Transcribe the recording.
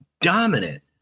dominant